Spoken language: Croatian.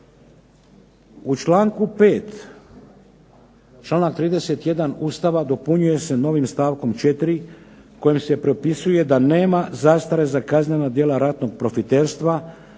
U članku 5. članak 31. Ustava dopunjava se novim stavkom 4. kojim se propisuje da nema zastare za kazneno djelo ratnog profiterstva